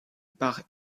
par